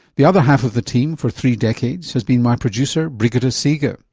the other half of the team for three decades has been my producer brigitte ah seega,